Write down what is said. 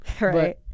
Right